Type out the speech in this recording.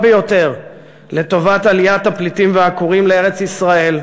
ביותר לטובת עליית הפליטים והעקורים לארץ-ישראל,